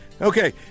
Okay